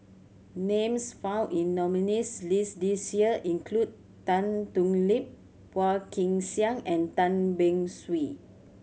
names found in nominees' list this year include Tan Thoon Lip Phua Kin Siang and Tan Beng Swee